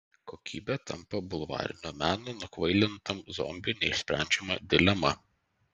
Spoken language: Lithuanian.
kokybė tampa bulvarinio meno nukvailintam zombiui neišsprendžiama dilema